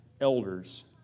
elders